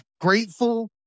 grateful